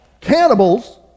cannibals